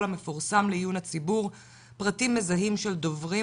המפורסם לעיון הציבור פרטים מזהים של דוברים,